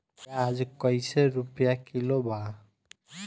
प्याज कइसे रुपया किलो बा?